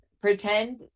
pretend